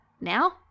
now